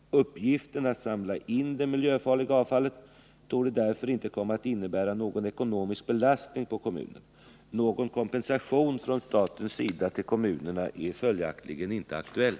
Uppgiften att samla in det miljöfarliga avfallet torde därför inte komma att innebära någon ekonomisk belastning för kommunerna. Någon kompensation från statens sida till kommunerna är följaktligen inte aktuell.